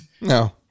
No